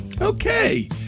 okay